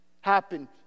happen